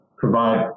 Provide